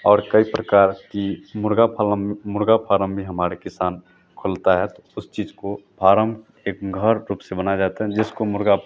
और कई प्रकार के मुर्ग़ा पालन मुर्ग़ा फारम भी हमारे किसान खुलता है तो उस चीज़ को फारम एक घर रूप से बनाया जाता है जिसको मुर्ग़ा